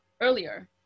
earlier